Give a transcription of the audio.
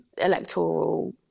electoral